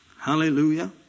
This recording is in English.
Hallelujah